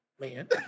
man